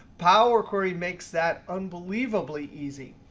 power query makes that unbelievably easy.